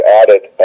added